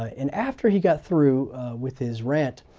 ah and after he got through with his rant,